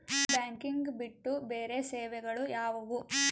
Banking ಬಿಟ್ಟು ಬೇರೆ ಸೇವೆಗಳು ಯಾವುವು?